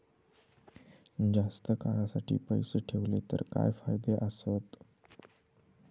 जास्त काळासाठी पैसे ठेवले तर काय फायदे आसत?